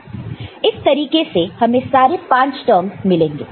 तो इस तरीके से हमें सारे 5 टर्मस मिलेंगे